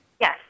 Yes